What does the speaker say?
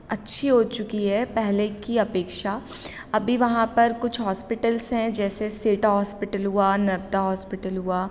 अच्छी हो चुकी है पहले की अपेक्षा अभी वहाँ पर कुछ हॉस्पिटल्ज़ हैं जैसे सेठा हॉस्पिटल हुआ नर्मदा हॉस्पिटल हुआ